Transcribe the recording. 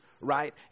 Right